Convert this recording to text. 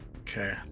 Okay